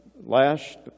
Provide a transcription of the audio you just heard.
last